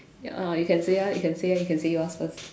uh you can say ah you can say ah you can say yours first